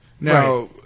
Now